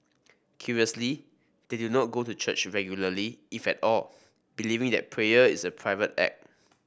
curiously they do not go to church regularly if at all believing that prayer is a private act